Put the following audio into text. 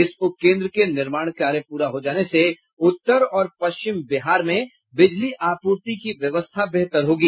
इस उपकेन्द्र के निर्माण कार्य पूरा हो जाने से उत्तर और पश्चिम बिहार में बिजली आपूर्ति की व्यवस्था बेहतर होगी